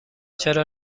چرا